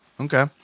Okay